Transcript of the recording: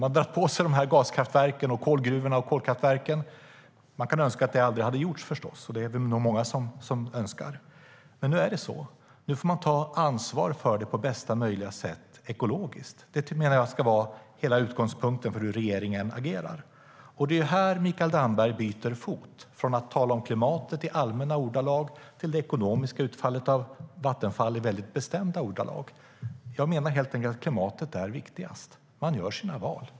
När man nu har dragit på sig gaskraftverk, kolgruvorna och kolkraftverken - det är nog många som önskar att det aldrig hade hänt - får man ta ansvar för dessa på bästa möjliga sätt ekologiskt. Jag menar att det borde vara utgångspunkten för hur regeringen agerar. Det är här Mikael Damberg byter fot från att tala om klimatet i allmänna ordalag till att i väldigt bestämda ordalag tala om det ekonomiska utfallet av Vattenfall. Jag menar helt enkelt att klimatet är viktigast. Man gör sina val.